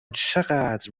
چقدر